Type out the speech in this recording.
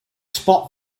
spot